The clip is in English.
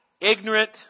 ignorant